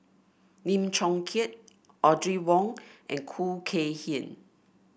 Lim Chong Keat Audrey Wong and Khoo Kay Hian